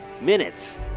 minutes